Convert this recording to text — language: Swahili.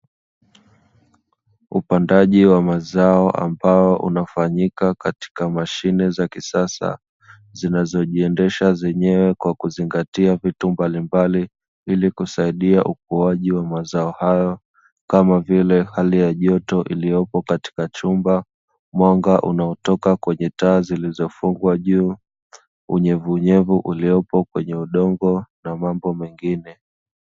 Upandaji wa mazao ambao unafanyika katika mashine za kisasa zinazojiendesha zenyewe kwa kuzingatia vitu mbalimbali ili kusaidia ukuaji wa mazao hayo; kama vile hali ya joto iliyopo katika chumba, mwanga unaotoka kwenye taa zilizofungwa juu, unyevuunyevu ulioopo kwenye udongo, na mambo mengine.